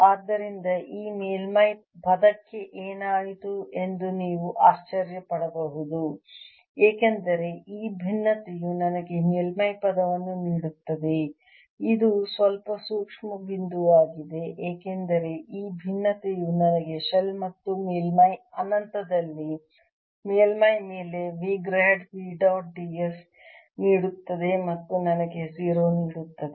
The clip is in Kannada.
ಆದ್ದರಿಂದ ಈ ಮೇಲ್ಮೈ ಪದಕ್ಕೆ ಏನಾಯಿತು ಎಂದು ನೀವು ಆಶ್ಚರ್ಯ ಪಡಬಹುದು ಏಕೆಂದರೆ ಈ ಭಿನ್ನತೆಯು ನನಗೆ ಮೇಲ್ಮೈ ಪದವನ್ನು ನೀಡುತ್ತದೆ ಇದು ಸ್ವಲ್ಪ ಸೂಕ್ಷ್ಮ ಬಿಂದುವಾಗಿದೆ ಏಕೆಂದರೆ ಈ ಭಿನ್ನತೆಯು ನನಗೆ ಶೆಲ್ ಮತ್ತು ಮೇಲ್ಮೈ ಅನಂತದಲ್ಲಿ ಮೇಲ್ಮೈ ಮೇಲೆ V grad V dot ds ನೀಡುತ್ತದೆ ಮತ್ತು ಅದು ನನಗೆ 0 ನೀಡುತ್ತದೆ